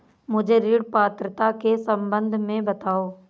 मुझे ऋण पात्रता के सम्बन्ध में बताओ?